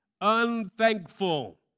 unthankful